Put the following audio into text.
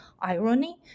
irony